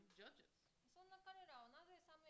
judges